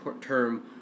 term